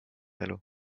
elu